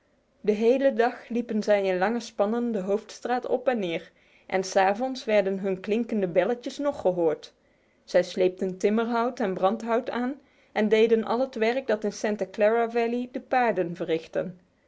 de hele dag liepen zij in lange spannen de hoofdstraat op en neer en s avonds werden hun klinkende belletjes nog gehoord zij sleepten timmerhout en brandhout aan en deden al het werk dat in het santa clara dal de paarden verrichtten